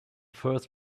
first